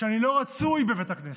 שאני לא רצוי בבית הכנסת,